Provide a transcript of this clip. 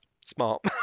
smart